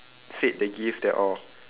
said they give their all